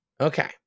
Okay